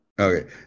Okay